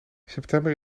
september